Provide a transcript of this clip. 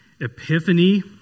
epiphany